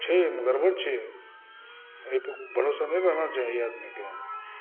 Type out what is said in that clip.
छै एहिमे गड़बड़ छै एहिपर भरोसा नहि रहना चाही आदमीकेँ